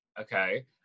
Okay